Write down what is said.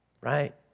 right